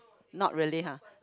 not really [huh]